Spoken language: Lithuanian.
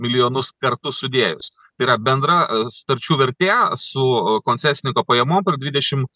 milijonus kartu sudėjus tai yra bendra sutarčių vertė su koncesininko pajamom per dvidešim